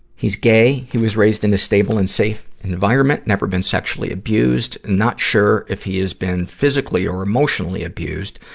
he's gay. he was raised in a stable and safe environment. never been sexually abused. not sure if he has been physically or emotionally abused.